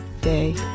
day